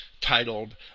titled